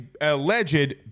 alleged